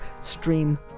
stream